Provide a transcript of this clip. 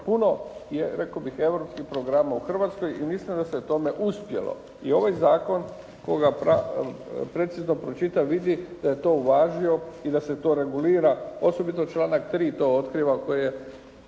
puno rekao bih europskih programa u Hrvatskoj i mislim da se u tome uspjelo. I ovaj zakon tko ga precizno pročita vidi da je to uvažio i da se to regulira osobito članak 3. to otkriva koji